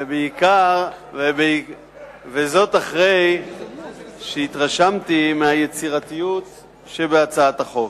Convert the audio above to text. וזאת אחרי שהתרשמתי מהיצירתיות שבהצעת החוק.